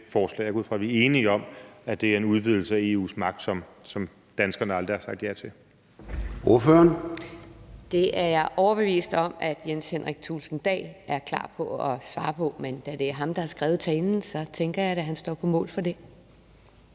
Jeg går ud fra, at vi er enige om, at det er en udvidelse af EU's magt, som danskerne aldrig har sagt ja til.